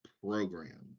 program